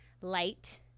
light